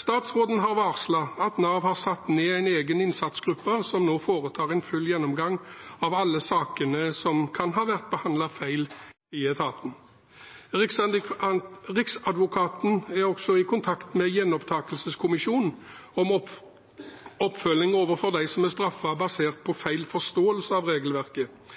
Statsråden har varslet at Nav har satt ned en egen innsatsgruppe, som nå foretar en full gjennomgang av alle sakene som kan ha vært behandlet feil i etaten. Riksadvokaten er i kontakt med Gjenopptakelseskommisjonen om oppfølging overfor dem som er straffet basert på feil forståelse av regelverket.